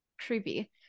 creepy